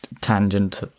tangent